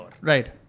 Right